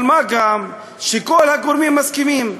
מה גם שכל הגורמים מסכימים.